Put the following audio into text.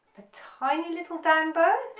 a tiny little down bow,